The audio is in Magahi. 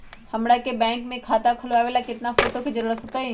हमरा के बैंक में खाता खोलबाबे ला केतना फोटो के जरूरत होतई?